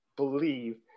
believe